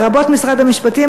לרבות משרד המשפטים,